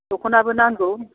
दखनाबो नांगौ